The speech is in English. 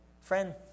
Friend